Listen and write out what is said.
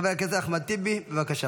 חבר הכנסת אחמד טיבי, בבקשה.